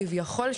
כביכול,